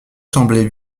semblaient